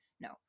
No